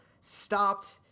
stopped